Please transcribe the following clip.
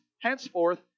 henceforth